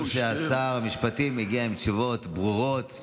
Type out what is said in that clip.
והכי חשוב הוא ששר המשפטים מגיע עם תשובות ברורות,